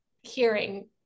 hearing